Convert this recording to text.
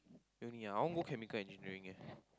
uni ah I want go chemical engineering eh